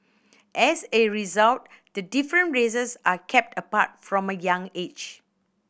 as a result the different races are kept apart from a young age